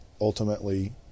ultimately